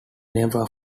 never